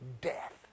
death